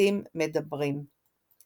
כסרטים מדברים.